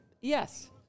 Yes